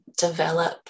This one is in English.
develop